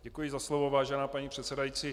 Děkuji za slovo, vážená paní předsedající.